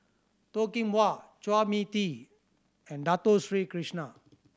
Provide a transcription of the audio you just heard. Toh Kim Hwa Chua Mia Tee and Dato Sri Krishna